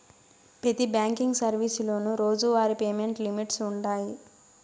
పెతి బ్యాంకింగ్ సర్వీసులోనూ రోజువారీ పేమెంట్ లిమిట్స్ వుండాయి